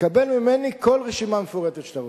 תקבל ממני כל רשימה מפורטת שאתה רוצה,